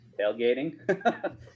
tailgating